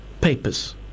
papers